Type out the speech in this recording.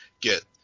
get